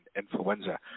influenza